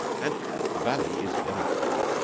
and the valley is very fair.